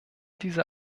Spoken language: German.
diese